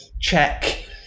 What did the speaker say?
Check